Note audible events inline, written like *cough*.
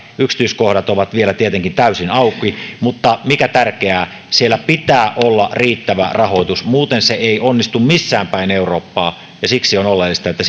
yksityiskohdat ovat vielä tietenkin täysin auki mutta mikä tärkeää siellä pitää olla riittävä rahoitus muuten se ei onnistu missään päin eurooppaa siksi on oleellista että *unintelligible*